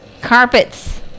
carpets